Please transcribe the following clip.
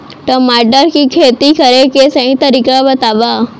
टमाटर की खेती करे के सही तरीका बतावा?